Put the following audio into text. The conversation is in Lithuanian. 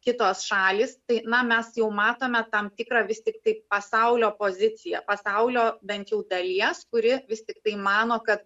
kitos šalys tai na mes jau matome tam tikrą vis tiktai pasaulio poziciją pasaulio bent jau dalies kuri vis tiktai mano kad